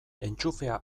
entxufea